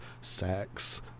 sex